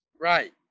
Right